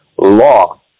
law